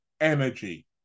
energy